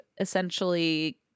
essentially